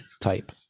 type